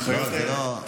תודה.